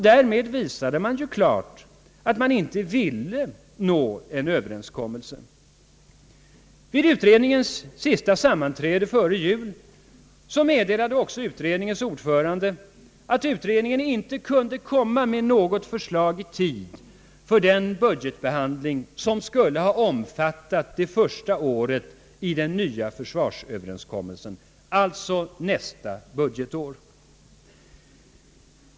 Därmed visade man klart att man inte ville nå en överenskommelse. Det av regeringen önskade resultatet lät ej heller vänta på sig. Vid utredningens sista sammanträde före jul meddelade utredningens ordförande, att utredningen inte kunde komma med något förslag i tid för den budgetbehandling som skulle ha omfattat det första året i den nya försvarsöverenskommelsen — alltså budgetåret 1967/68.